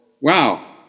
Wow